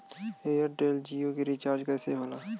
Airtel Jio के recharge कैसे होला?